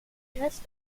rest